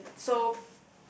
and so